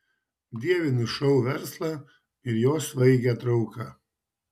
dievinu šou verslą ir jo svaigią trauką